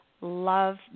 love